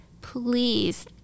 please